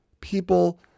people